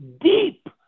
deep